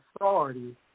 authority